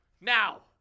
Now